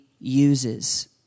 uses